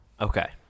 Okay